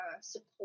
support